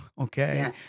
Okay